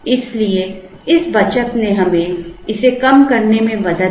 इसलिए इस बचत ने हमें इसे कम करने में मदद की